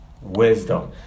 Wisdom